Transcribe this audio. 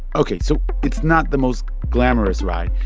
ok. so it's not the most glamorous ride.